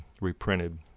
reprinted